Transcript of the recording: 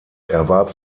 erwarb